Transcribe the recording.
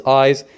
eyes